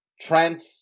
Trent